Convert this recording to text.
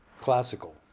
classical